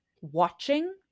watching